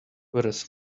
whereas